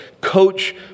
coach